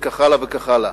וכך הלאה וכך הלאה.